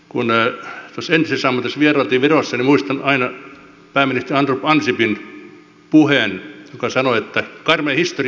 kun tuossa entisessä ammatissani vierailtiin virossa niin muistan aina pääministeri andrus ansipin puheen kun tämä sanoi että karmea historia opettaa viroa